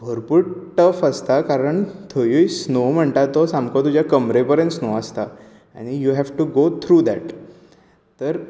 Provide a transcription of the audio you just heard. भरपूर टफ आसता कारण थंयूय स्नो म्हणटा तो सामको तुजे कमरे मेरेन स्नो आसता and you have to go through that तर